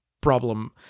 problem